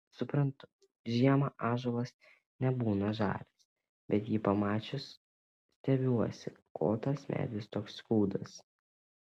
suprantu žiemą ąžuolas nebūna žalias bet jį pamačiusi stebiuosi ko tas medis toks kūdas